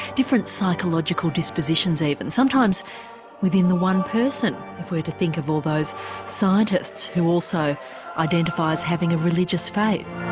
different psychological dispositions even sometimes within the one person, if we're to think of all those scientists who also identify as having a religious faith.